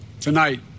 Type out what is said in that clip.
tonight